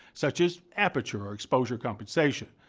such as aperture, or exposure compensation.